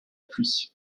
pluie